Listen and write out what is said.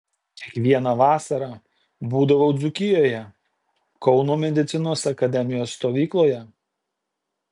kiekvieną vasarą būdavau dzūkijoje kauno medicinos akademijos stovykloje